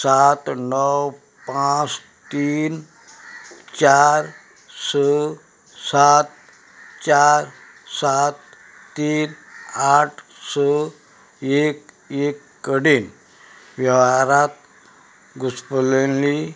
सात णव पांच तीन चार स सात चार सात तीन आठ स एक एक कडेन वेव्हारांत घुसपिल्लीं